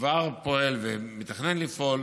כבר פועל ומתכנן לפעול